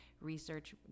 research